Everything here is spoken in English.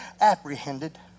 apprehended